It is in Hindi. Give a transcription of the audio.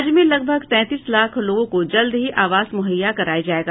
राज्य में लगभग तैंतीस लाख लोगों को जल्द ही आवास मुहैया कराया जायेगा